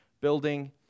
building